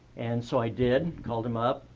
and so i did, called him up,